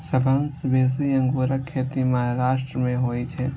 सबसं बेसी अंगूरक खेती महाराष्ट्र मे होइ छै